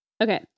Okay